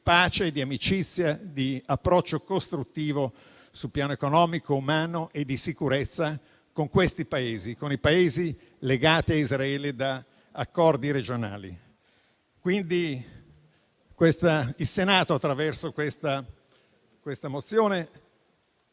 pace e amicizia, di approccio costruttivo sul piano economico, umano e di sicurezza con i Paesi legati a Israele da accordi regionali. Il Senato, attraverso questa mozione,